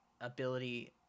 ability